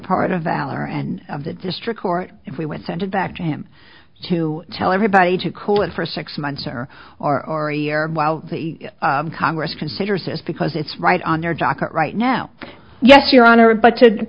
part of valor and of the district court if we went sent it back to him to tell everybody to cool it for six months or or or a year while congress considers this because it's right on their docket right now yes your honor but to